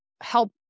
help